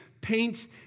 paints